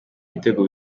ibitego